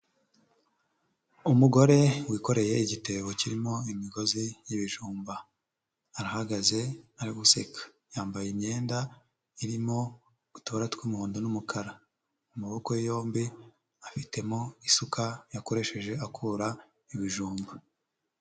Umugore wikoreye igitebo kirimo imigozi y'ibijumba, arahagaze ari guseka, yambaye imyenda irimo utubara tw'umuhondo n'umukara, amaboko yombi afitemo isuka yakoresheje akura ibijumba.